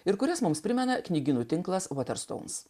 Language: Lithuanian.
ir kuris mums primena knygynų tinklas užterštumas